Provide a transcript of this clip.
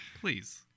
Please